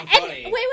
wait